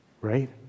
right